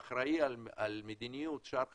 כאחראי על מדיניות שער חליפין,